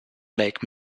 lake